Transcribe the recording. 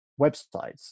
websites